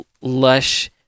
lush